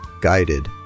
guided